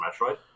Metroid